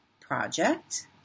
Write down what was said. project